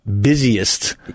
busiest